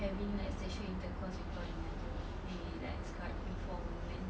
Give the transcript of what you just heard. having like sexual intercourse with one another and we like scarred before moment